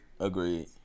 Agreed